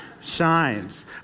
shines